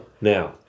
Now